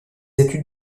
études